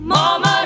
Mama